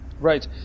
Right